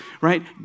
right